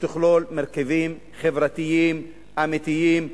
שתכלול מרכיבים חברתיים אמיתיים,